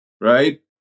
Right